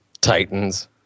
Titans